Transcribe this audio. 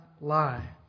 lie